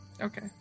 Okay